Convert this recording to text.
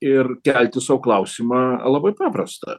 ir kelti sau klausimą labai paprastą